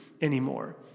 anymore